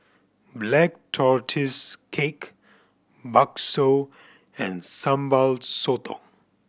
Black Tortoise Cake bakso and Sambal Sotong